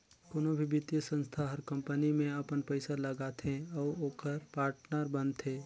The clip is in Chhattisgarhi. कोनो भी बित्तीय संस्था हर कंपनी में अपन पइसा लगाथे अउ ओकर पाटनर बनथे